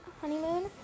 Honeymoon